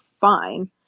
fine